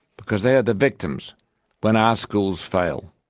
because they are the victims when our schools fail.